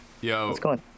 Yo